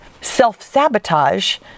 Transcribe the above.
self-sabotage